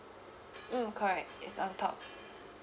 mm correct it's on top